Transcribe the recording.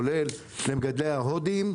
כולל מגדלי ההודים,